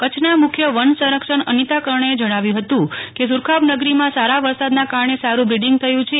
કચ્છના મુખ્ય વનસંરક્ષક અનિતા કર્ણએ જણાવ્યું હતું કે સુરખાબનગરીમાં સારા વરસાદના કારણે સાડું બ્રીડીંગ થયું છે